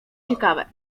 ciekawe